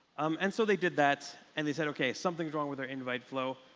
um and so they did that. and they said, ok. something wrong with our invite flow.